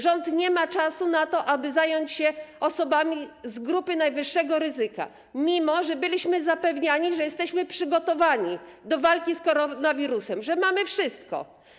Rząd nie ma czasu na to, aby zająć się osobami z grupy najwyższego ryzyka, mimo że byliśmy zapewniani, że jesteśmy przygotowani do walki z koronawirusem, że mamy wszystko.